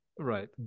right